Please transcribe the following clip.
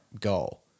goal